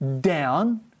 down